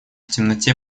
темноте